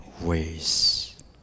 ways